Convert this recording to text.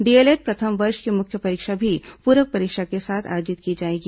DElEd प्रथम वर्ष की मुख्य परीक्षा भी पूरक परीक्षा के साथ आयोजित की जाएगी